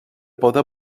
poder